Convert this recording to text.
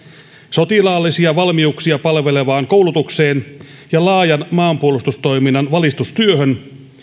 sotilaallisia valmiuksia palvelevaan koulutukseen ja laajan maanpuolustustoiminnan valistustyöhön